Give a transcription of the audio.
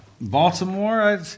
Baltimore